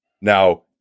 now